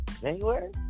January